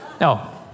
No